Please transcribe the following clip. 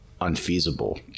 unfeasible